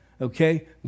okay